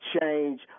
change